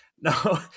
No